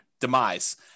demise